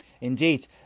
indeed